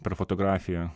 per fotografiją